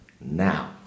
now